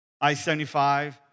I-75